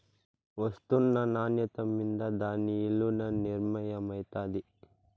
ఒస్తున్న నాన్యత మింద దాని ఇలున నిర్మయమైతాది